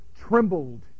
trembled